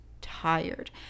tired